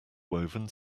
woven